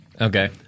Okay